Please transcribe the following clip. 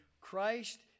Christ